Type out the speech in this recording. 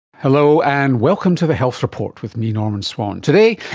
hello, and welcome to the health report with me, norman swan. today,